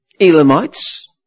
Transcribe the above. Elamites